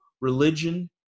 religion